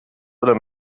oder